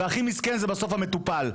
והכי מסכן זה בסוף המטופל.